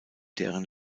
deren